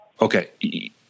Okay